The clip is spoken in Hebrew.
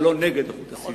ולא נגד איכות הסביבה.